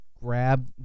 grab